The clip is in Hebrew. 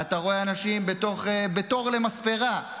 אתה רואה אנשים בתור למספרה,